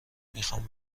میخوام